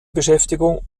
beschäftigung